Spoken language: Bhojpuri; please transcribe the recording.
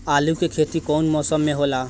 आलू के खेती कउन मौसम में होला?